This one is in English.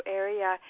area